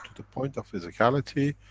the point of physicality,